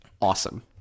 awesome